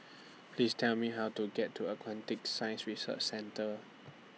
Please Tell Me How to get to Aquatic Science Research Centre